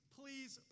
please